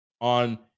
on